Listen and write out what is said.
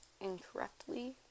incorrectly